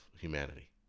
humanity